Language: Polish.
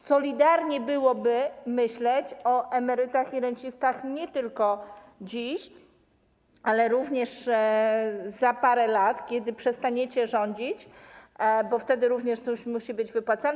Solidarnie byłoby myśleć o emerytach i rencistach nie tylko dziś, ale również za parę lat, kiedy przestaniecie rządzić, bo wtedy również ZUS musi być wypłacalny.